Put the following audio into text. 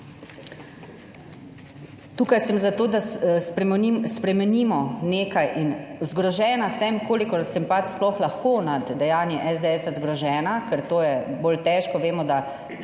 Tukaj sem za to, da spremenimo nekaj. Zgrožena sem, kolikor sem pač sploh lahko, nad dejanji SDS zgrožena, ker to je bolj težko. Vemo, da